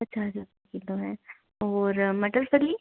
अच्छा अच्छा ठीक तो है और मटर पनीर